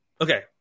Okay